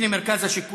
נעבור להצעות לסדר-היום